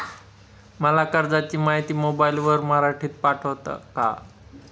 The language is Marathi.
मला कर्जाची माहिती मोबाईलवर मराठीत पाठवता का?